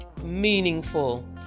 meaningful